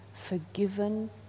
forgiven